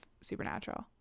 Supernatural